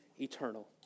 eternal